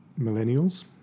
millennials